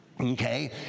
okay